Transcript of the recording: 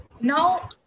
now